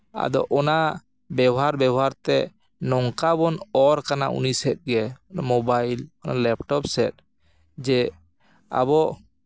ᱟᱫᱚ ᱚᱱᱟ ᱵᱮᱵᱚᱦᱟᱨ ᱵᱮᱵᱚᱦᱟᱨ ᱛᱮ ᱱᱚᱝᱠᱟ ᱵᱚᱱ ᱚᱨ ᱠᱟᱱᱟ ᱩᱱᱤ ᱥᱮᱫ ᱜᱮ ᱢᱳᱵᱟᱭᱤᱞ ᱞᱮᱯᱴᱚᱯ ᱥᱮᱫ ᱡᱮ ᱟᱵᱚ